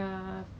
flavour